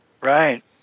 right